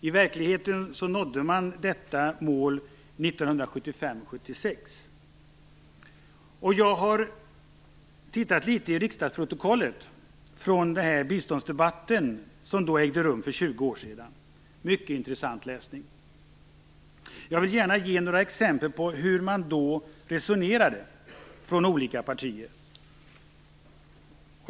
I verkligheten nådde man detta mål Jag har tittat litet i riksdagsprotokollet från den biståndsdebatt som ägde rum för 20 år sedan, en mycket intressant läsning. Jag vill gärna ge några exempel på hur man då resonerade från olika partier.